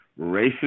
racist